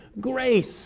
grace